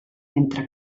mentre